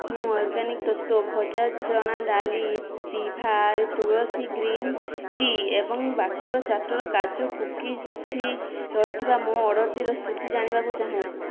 ମୁଁ ଅର୍ଗାନିକ୍ ତତ୍ତ୍ଵ ଭଜା ଚଣା ଡାଲି ଦିଭା ତୁଲ୍ସୀ ଗ୍ରୀନ୍ ଟି' ଏବଂ ବାଟ୍ଟର ଚାଟ୍ଟର କାଜୁ କୁକିଜ୍ ରହିଥିବା ମୋ ଅର୍ଡ଼ର୍ଟିର ସ୍ଥିତି ଜାଣିବାକୁ ଚାହେଁ